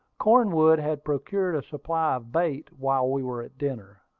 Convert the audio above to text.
cornwood had procured a supply of bait while we were at dinner.